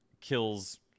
kills